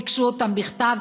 ביקשו אותם בכתב.